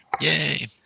Yay